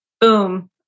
Boom